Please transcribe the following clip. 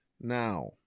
Now